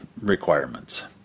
requirements